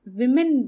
women